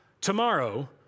Tomorrow